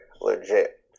legit